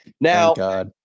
Now